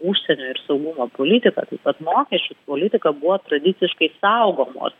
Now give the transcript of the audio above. užsienio ir saugumo politika taip pat mokesčių politika buvo tradiciškai saugomos